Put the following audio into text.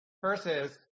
Versus